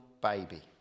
baby